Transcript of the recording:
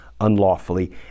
unlawfully